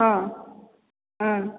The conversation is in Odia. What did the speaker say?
ହଁ ହଁ